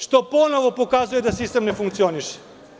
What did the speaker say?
Što ponovo pokazuje da sistem ne funkcioniše.